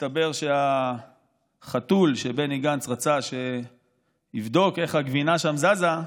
שהסתבר שהחתול שבני גנץ רצה שיבדוק איך הגבינה שם זזה,